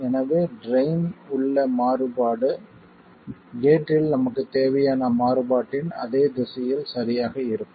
எனவே ட்ரைன் உள்ள மாறுபாடு கேட்டில் நமக்குத் தேவையான மாறுபாட்டின் அதே திசையில் சரியாக இருக்கும்